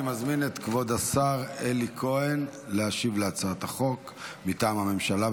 אני מזמין את כבוד השר אלי כהן להשיב על הצעת החוק מטעם הממשלה,